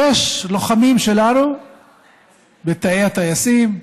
יש לוחמים שלנו בתאי הטייסים,